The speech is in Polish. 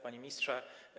Panie Ministrze!